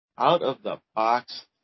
out-of-the-box